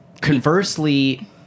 Conversely